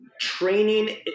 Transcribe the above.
Training